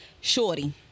Shorty